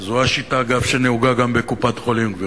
זו השיטה, אגב, שנהוגה גם בקופת-חולים, גברתי.